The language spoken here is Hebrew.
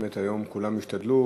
באמת, היום כולם השתדלו.